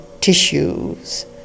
tissues